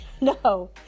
No